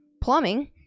plumbing